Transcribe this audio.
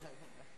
תודה רבה.